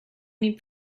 need